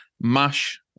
mash